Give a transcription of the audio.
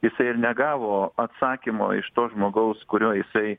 jisai ir negavo atsakymo iš to žmogaus kuriuo jisai